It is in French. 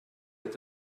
est